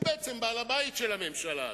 בעצם, הוא בעל-הבית של הממשלה הזאת.